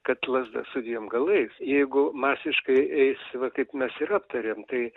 kad lazda su dviem galais jeigu masiškai eis va kaip mes ir aptarėm tai